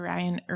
Ryan